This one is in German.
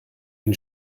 den